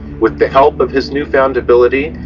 with the help of his newfound ability,